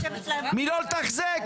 מלא לתחזק,